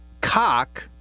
cock